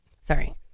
Sorry